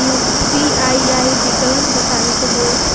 ई UPI ID गलत बताबीत हो